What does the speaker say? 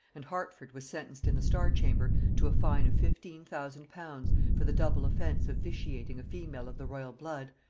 and hertford was sentenced in the star-chamber to a fine of fifteen thousand pounds for the double offence of vitiating a female of the royal blood,